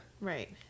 Right